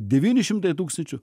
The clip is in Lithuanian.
devyni šimtai tūkstančių